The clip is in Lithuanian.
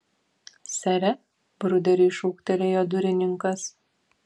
sere bruderiui šūktelėjo durininkas